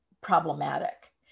problematic